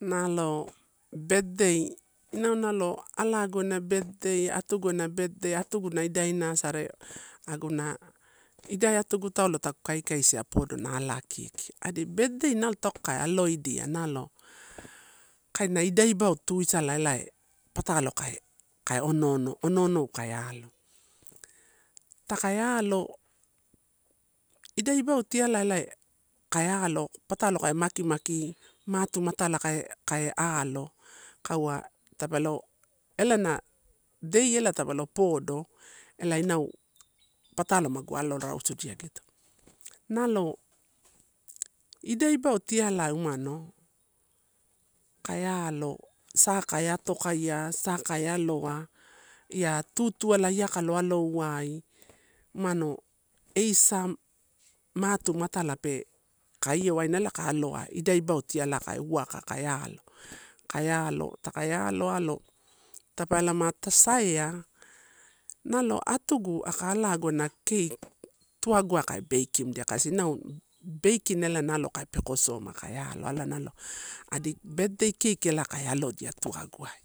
Nalo birthday, inau halo alagu ana birthday, atugu ana birthday atugu na idai nasa are aguna idai atugu taulo ta kaikaisia podo na ala kiki adi birthday nalo takuwa ka aloidia nalo kaina idai ibao tuisala ela patalo kai ono ono, ono ono kai alo. Takae alo, idea ibao tailai kai alo patalo kai maki, maki mata matalo kai lado kaua tape lo ela na dayy ela tapelo podo ela inau patalo magu alo rausudia gito. Nalo idai ibao tialai uamano kai alo, sakai atokaia sabai aloa, ia tutuala iai kalo alowai, umano eisa matumatala pe kai io waina aloa idea ibao tialai ka uwaka ka ak, kai alo taka alo, alo, tape lama tasaea nalo atugu aka alagu ana cake tuaguai ka bakeim dia kaisi inau baking ela nalo kai pekosomaia, kai alo nalo adi birthday cake ela kai alodia tuaguai,